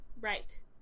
Right